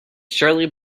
shirley